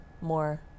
more